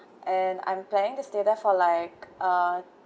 and I'm planning to stay there for like uh